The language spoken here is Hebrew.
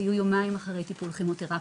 היו יומיים אחרי טיפול כימותרפי.